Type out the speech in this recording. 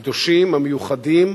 הקדושים, המיוחדים,